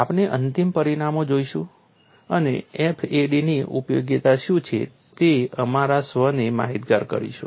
આપણે અંતિમ પરિણામો જોઈશું અને FAD ની ઉપયોગિતા શું છે તે અમારા સ્વને માહિતગાર કરીશું